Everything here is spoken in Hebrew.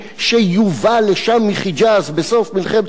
שיובא לשם מחיג'אז בסוף מלחמת העולם